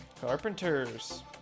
Carpenters